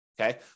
Okay